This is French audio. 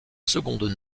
secondes